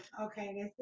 Okay